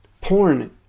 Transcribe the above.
Porn